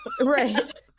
right